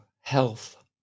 health